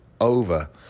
over